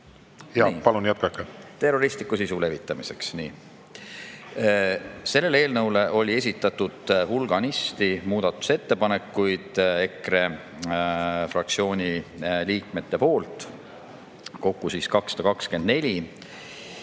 Palun jätkake! … terroristliku sisu levitamiseks. Selle eelnõu kohta oli esitatud hulganisti muudatusettepanekuid EKRE fraktsiooni liikmete poolt, kokku 224.